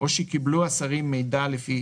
או שקיבלו השרים מידע לפי